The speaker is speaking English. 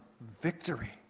victory